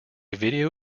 video